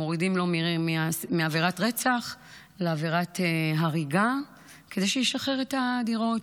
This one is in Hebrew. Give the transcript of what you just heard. ומורידים לו מעבירת רצח לעבירת הריגה כדי שישחרר את הדירות.